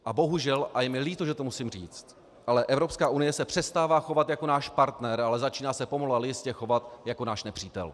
A bohužel, a je mi líto, že to musím říct, ale Evropská unie se přestává chovat jako náš partner, ale začíná se pomalu ale jistě chovat jako náš nepřítel.